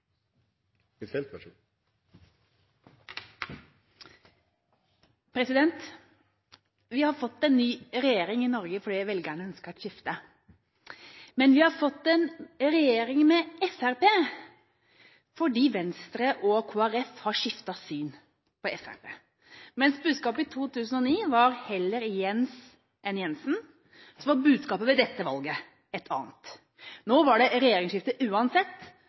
årene fremover. Vi har fått en ny regjering i Norge fordi velgerne ønsket et skifte, men vi har fått en regjering med Fremskrittspartiet fordi Venstre og Kristelig Folkeparti har skiftet syn på Fremskrittspartiet. Mens budskapet i 2009 var heller Jens enn Jensen, var budskapet ved dette valget et annet. Nå var det regjeringsskifte uansett